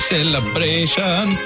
Celebration